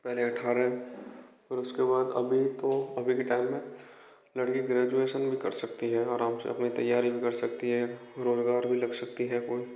पहले अठारह फिर उसके बाद अभी तो अभी के टाइम में लड़की ग्रैजुएसन भी कर सकती है आराम से अपनी तैयारी भी कर सकती है रोज़गार भी लग सकती है कोई